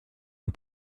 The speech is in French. une